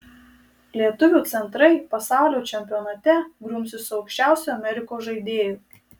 lietuvių centrai pasaulio čempionate grumsis su aukščiausiu amerikos žaidėju